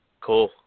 cool